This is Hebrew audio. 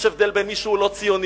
יש הבדל בין מי שהוא לא ציוני,